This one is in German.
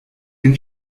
den